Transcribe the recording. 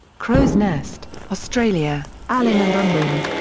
crow's nest, australia allen and unwin.